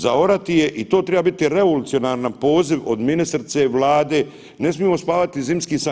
Zaorati je i to treba biti revolucionaran poziv od ministrice, Vlade, ne smijemo sanjati zimski san.